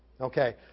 okay